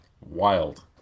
Wild